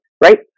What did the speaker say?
Right